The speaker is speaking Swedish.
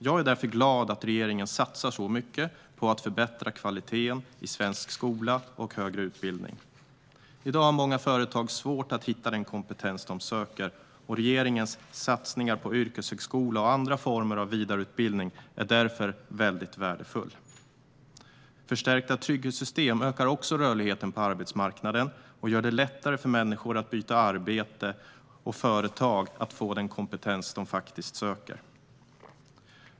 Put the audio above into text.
Jag är därför glad att regeringen satsar så mycket på att förbättra kvaliteten i svensk skola och högre utbildning. I dag har många företag svårt att hitta den kompetens de söker. Regeringens satsningar på yrkeshögskola och andra former av vidareutbildning är därför värdefull. Förstärkta trygghetssystem ökar också rörligheten på arbetsmarknaden och gör det lättare för människor att byta arbete samt för företag att få den kompetens de faktiskt söker.